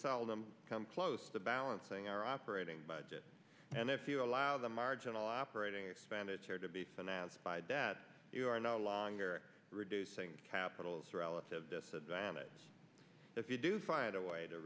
seldom come close to balancing our operating budget and if you allow the marginal operating expenditure to be financed by debt you are no longer reducing capitals relative disadvantage if you do find a way to